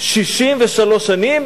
63 שנים,